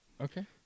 Okay